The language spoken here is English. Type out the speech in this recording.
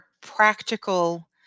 practical